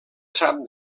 sap